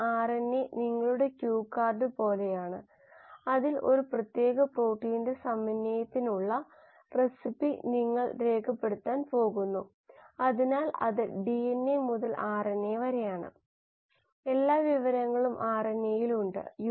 ആമുഖ മൊഡ്യൂൾ നമ്മൾ ആദ്യം കണ്ടത് കാൻസർ എന്താണെന്നും കാൻസറിനെ ചികിത്സിക്കാൻ ഉപയോഗിക്കുന്ന മരുന്നുകൾ മോണോക്ലോണൽ ആന്റിബോഡികൾ